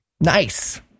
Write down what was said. Nice